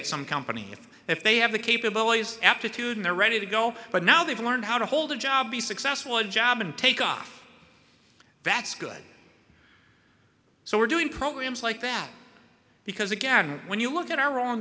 at some company if they have the capabilities aptitude and are ready to go but now they've learned how to hold a job be successful a job and take off that's good so we're doing programs like that because again when you look at our own